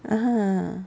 ah !huh!